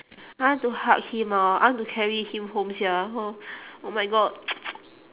I want to hug him orh I want to carry him home sia oh oh my god